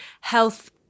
health